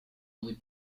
only